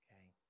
Okay